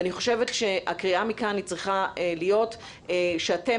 ואני חושבת שהקריאה מכאן צריכה להיות שאתם